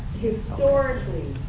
historically,